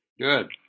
Good